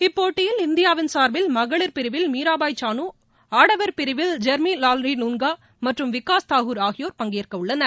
இப்போட்டியில் இந்தியாவின் சாா்பில் மகளிா் பிரிவில் மீராபாய் சாலு ஆடவா் பிரிவில் ஜொ்மி லால்ரி னுங்கா மற்றும் விகாஸ் தாகூர் ஆகியோர் பங்கேற்க உள்ளனர்